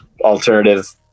alternative